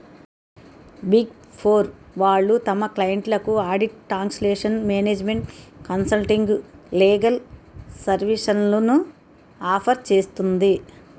big four వాళ్ళు తమ క్లయింట్లకు audit, taxation, management consulting, legal సర్వీస్లను ఆఫర్ చేస్తుంది